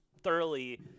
thoroughly